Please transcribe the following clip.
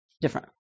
different